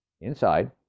Inside